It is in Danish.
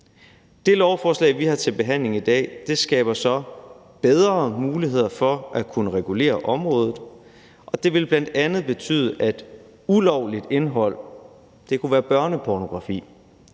Det lovforslag, vi har til behandling i dag, skaber så bedre muligheder for at kunne regulere området, og det vil bl.a. betyde, at ulovligt indhold – det kunne være børnepornografi